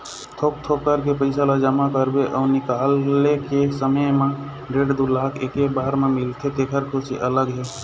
थोक थोक करके पइसा ल जमा करबे अउ निकाले के समे म डेढ़ दू लाख एके बार म मिलथे तेखर खुसी अलगे हे